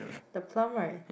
the plum right